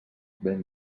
ben